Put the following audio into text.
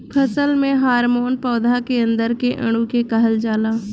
फसल में हॉर्मोन पौधा के अंदर के अणु के कहल जाला